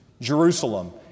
Jerusalem